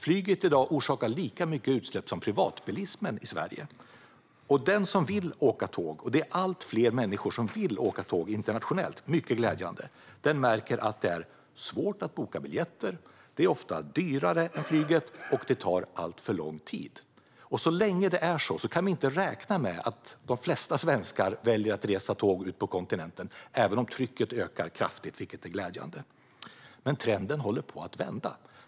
I Sverige orsakar flyget i dag lika mycket utsläpp som privatbilismen. Glädjande nog vill allt fler människor åka tåg internationellt, men de märker att det är svårt att boka biljetter, ofta dyrare än flyget och tar alltför lång tid. Så länge det är så kan vi inte räkna med att de flesta svenskar väljer att ta tåget till kontinenten - även om trycket ökar kraftigt, vilket är glädjande. Trenden håller dock på att vända.